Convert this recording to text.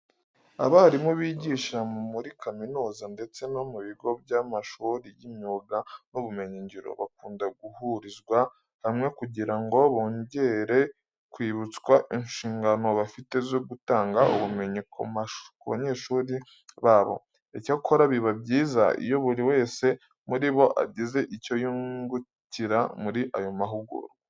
Abarimu bigisha muri kaminuza ndetse no mu bigo by'amashuri y'imyuga n'ubumenyingiro bakunda guhurizwa hamwe kugira ngo bongere kwibutswa inshingano bafite zo gutanga ubumenyi ku banyeshuri babo. Icyakora biba byiza iyo buri wese muri bo agize icyo yungukira muri ayo mahugurwa.